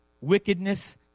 wickedness